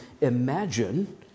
imagine